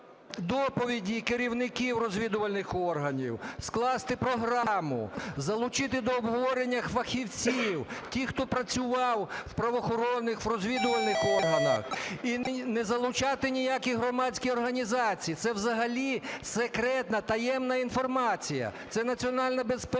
доповіді керівників розвідувальних органів, скласти програму, залучити до обговорення фахівців, тих, хто працював в правоохоронних, в розвідувальних органах, і не залучати ніякі громадські організації, це взагалі секретна, таємна інформація, це національна безпека,